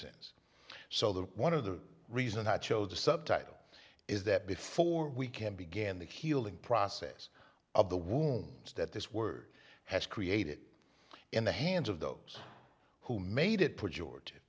sense so that one of the reason i chose the subtitle is that before we can began the healing process of the womb that this word has created in the hands of those who made it put georgia